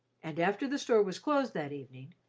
and after the store was closed that evening,